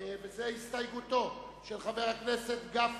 קבוצת מרצ, קבוצת רע"ם-תע"ל,